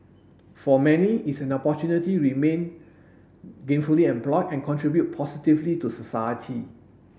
for many it's an opportunity remain gainfully employed and contribute positively to society